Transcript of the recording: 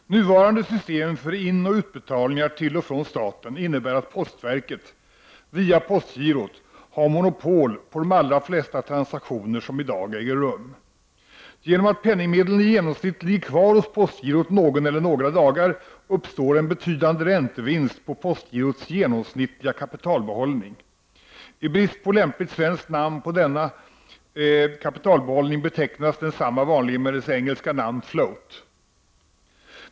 Herr talman! Nuvarande system för inoch utbetalningar till och från staten innebär att postverket, via postgirot, har monopol på de allra flesta transaktioner som i dag äger rum. Till följd av att penningmedlen i genomsnitt ligger kvar hos postgirot någon dag eller några dagar uppstår en betydande räntevinst på postgirots genomsnittliga kapitalbehållning. I brist på lämpligt svenskt namn på denna kapitalbehållning betecknas densamma vanligen med dess engelska namn ”float”.